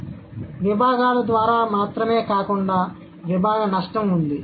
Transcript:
కాబట్టి విభాగాలు ద్వారా మాత్రమే కాకుండా విభాగ నష్టం ఉంది